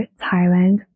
Thailand